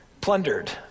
plundered